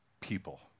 people